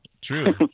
True